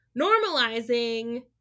normalizing